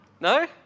No